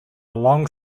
long